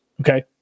okay